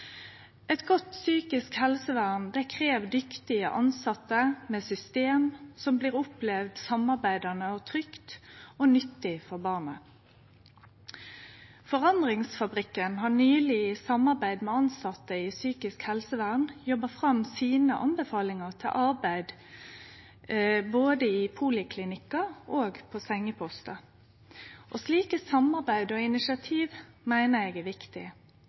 Eit godt psykisk helsevern krev dyktige tilsette med system som blir opplevd samarbeidande, trygge og nyttige for barnet. Forandringsfabrikken har nyleg i samarbeid med tilsette i psykisk helsevern jobba fram sine anbefalingar til arbeid både i poliklinikkar og på sengepostar. Slike samarbeid og initiativ meiner eg er viktig.